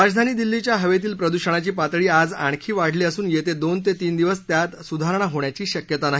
राजधानी दिल्लीच्या हवेतील प्रद्षणाची पातळी आज आणखी वाढली असून येते दोन ते तीन दिवस त्यात सुधारणा होण्याची शक्यता नाही